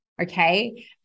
okay